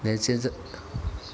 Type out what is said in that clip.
then 现在